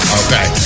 okay